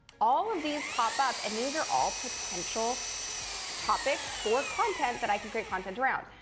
all of these pop up and these are all potential topics for content that i can create content around.